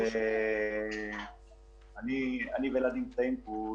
אני ואלעד נמצאים פה,